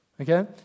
okay